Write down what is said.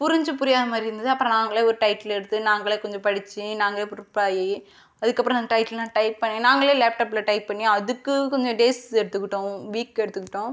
புரிஞ்சு புரியாத மாதிரி இருந்தது அப்புறம் நாங்களே ஒரு டைட்டில் எடுத்து நாங்களே கொஞ்சம் படிச்சு நாங்களே பிரிப்பர் ஆகி அதுக்குப்புறம் வந்து டைட்டில் டைப் பண்ணி நாங்களே லேப்டாப்பில் டைப் பண்ணி அதுக்கு கொஞ்சம் டேஸ் எடுத்துகிட்டோம் வீக் எடுத்துகிட்டோம்